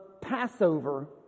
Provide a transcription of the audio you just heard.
Passover